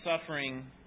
suffering